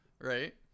right